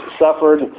suffered